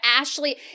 Ashley